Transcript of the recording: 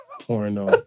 porno